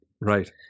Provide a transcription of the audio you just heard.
right